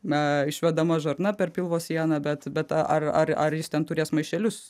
na išvedama žarna per pilvo sieną bet bet ar ar ar jis ten turės maišelius